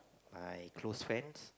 I close friends